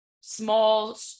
small